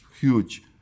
huge